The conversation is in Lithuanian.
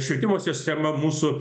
švietimo sistema mūsų